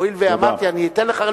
הואיל ואמרתי, אני אתן לך.